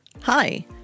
Hi